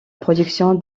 production